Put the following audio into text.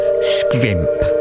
scrimp